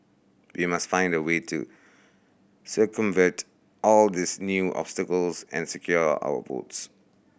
we must find a way to circumvent all these new obstacles and secure our votes